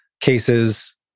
cases